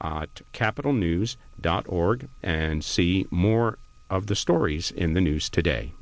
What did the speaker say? at capitol news dot org and see more of the stories in the news today